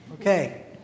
Okay